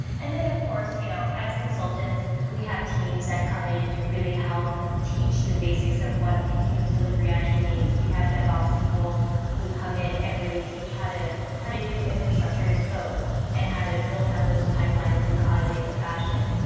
and then, of course, you know as consultants we have teams that come in to really help teach the basics of what continues delivery actually means. we have devops people who come in and really teach how to how to do infrastructure as code and how to build out those pipelines and automate a fashion.